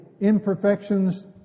imperfections